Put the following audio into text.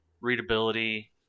readability